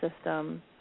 system